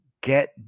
get